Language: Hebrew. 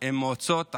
הן מועצות עניות,